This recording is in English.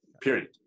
Period